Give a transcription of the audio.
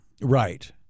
Right